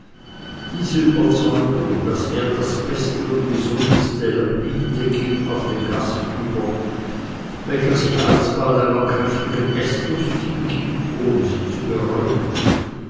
diese überzeugung daß er das beste und gesundeste biete geht auf den gast über welcher sich alsbald einer kräftigen eßlust hingibt ohne sie zu bereuen